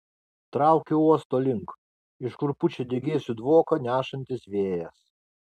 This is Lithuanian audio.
traukiu uosto link iš kur pučia degėsių dvoką nešantis vėjas